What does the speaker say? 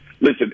Listen